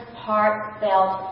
heartfelt